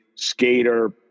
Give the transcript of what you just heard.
skater